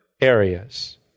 areas